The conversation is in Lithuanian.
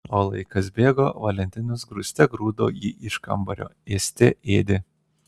o laikas bėgo valentinas grūste grūdo jį iš kambario ėste ėdė